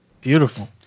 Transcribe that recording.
beautiful